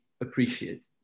appreciate